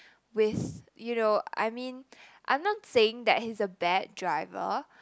with you know I mean I'm not saying that he's a bad driver